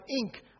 ink